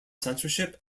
censorship